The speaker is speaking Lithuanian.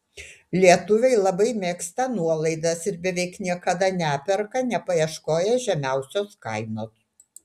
lietuviai labai mėgsta nuolaidas ir beveik niekada neperka nepaieškoję žemiausios kainos